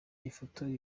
ifoto